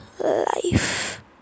life